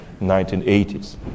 1980s